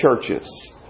churches